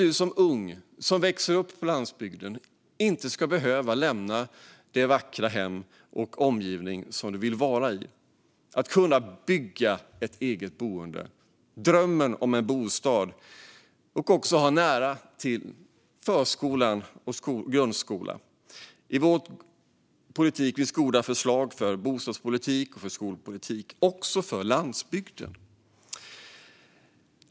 Du som är ung och som växer upp på landsbygden ska inte behöva lämna det vackra hem och den omgivning som du vill vara i. Du ska kunna bygga ett eget boende - förverkliga drömmen om en bostad - och ha nära till förskola och grundskola. I vår politik finns goda förslag såväl för bostadspolitik och skolpolitik som för landsbygden.